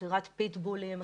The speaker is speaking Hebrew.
מכירת פיטבולים,